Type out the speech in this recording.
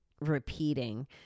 repeating